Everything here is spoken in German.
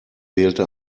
wählte